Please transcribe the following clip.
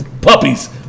Puppies